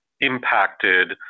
impacted